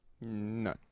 No